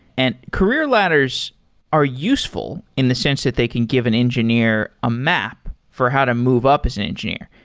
and career ladders are useful in the sense that they can give an engineer a map for how to move up as an engineer.